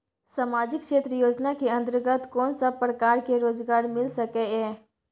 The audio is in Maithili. सामाजिक क्षेत्र योजना के अंतर्गत कोन सब प्रकार के रोजगार मिल सके ये?